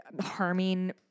harming